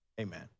Amen